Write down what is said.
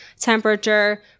temperature